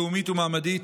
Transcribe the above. לאומית ומעמדית,